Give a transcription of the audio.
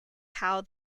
how